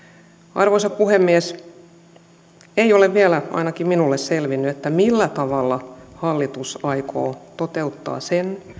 arvoisa puhemies ei ole vielä ainakaan minulle selvinnyt millä tavalla hallitus aikoo toteuttaa sen